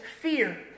fear